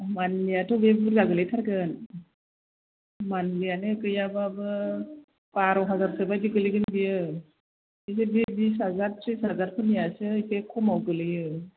मान्थलिआथ' बेयो बुरजा गोलैथारगोन मान्थलिआनो गैयाब्लाबो बार' हाजारसो बादि गोलैगोन बेयो खिन्थु बे बिस हाजार त्रिस हाजारफोरनिआसो एसे खमाव गोग्लैयो